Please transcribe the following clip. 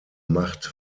macht